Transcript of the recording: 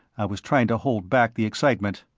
was trying to hold back the excitement.